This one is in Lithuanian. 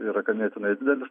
yra ganėtinai didelis